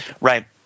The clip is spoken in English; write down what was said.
right